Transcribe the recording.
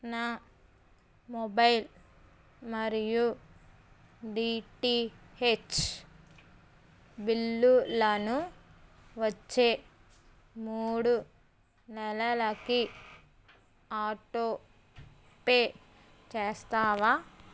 నా మొబైల్ మరియు డిటిహెచ్ బిల్లులను వచ్చే మూడు నెలలకి ఆటో పే చేస్తావా